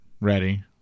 Ready